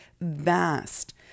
vast